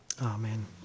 Amen